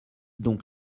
donc